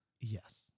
Yes